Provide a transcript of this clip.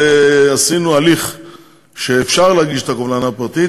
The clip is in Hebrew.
עשינו הליך שאפשר להגיש את הקובלנה הפרטית,